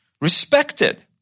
respected